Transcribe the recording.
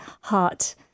heart